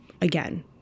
again